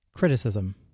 Criticism